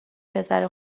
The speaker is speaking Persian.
پسر